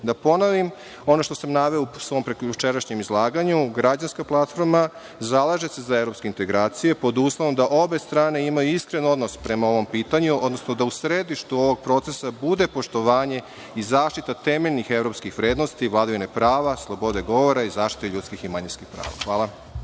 EU.Da ponovim ono što sam naveo u svom prekjučerašnjem izlaganju, Građanska platforma zalaže se za evropske integracije pod uslovom da obe strane imaju iskren odnos prema ovom pitanju, odnosno da u središtu ovog procesa bude poštovanje i zaštita temeljnih evropskih vrednosti, vladavine prava, slobode govora i zaštite ljudskih i manjinskih prava. Hvala.